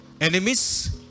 enemies